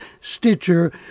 Stitcher